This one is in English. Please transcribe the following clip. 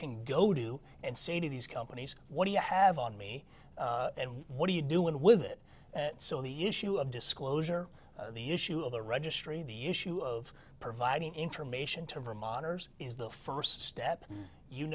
can go do and say to these companies what do you have on me and what are you doing with it so the issue of disclosure the issue of the registry the issue of providing information to vermonters is the first step you